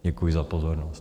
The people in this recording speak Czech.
Děkuji za pozornost.